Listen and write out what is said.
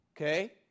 okay